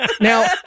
Now